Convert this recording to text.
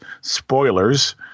spoilers